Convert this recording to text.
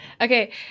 Okay